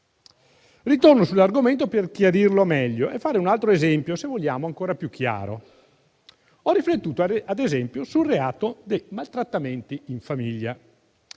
Ritorno sull'argomento per chiarirlo meglio e fare un altro esempio, se vogliamo ancora più chiaro. Ho riflettuto, ad esempio, sul reato dei maltrattamenti in famiglia.